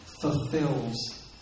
fulfills